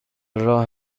راه